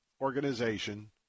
organization